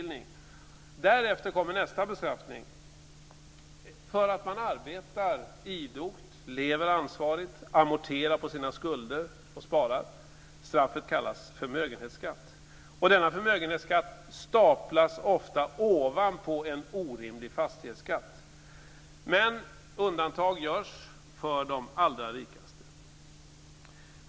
Därefter kommer nästa bestraffning för att man arbetar idogt, lever ansvarigt, amorterar på sina skulder och sparar. Straffet kallas förmögenhetsskatt, och denna förmögenhetsskatt staplas ofta ovanpå en orimlig fastighetsskatt. Men undantag görs för de allra rikaste.